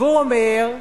והוא אומר: